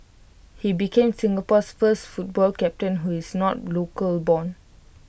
he became Singapore's first football captain who is not local born